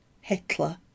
Hitler